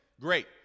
great